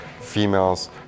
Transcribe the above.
Females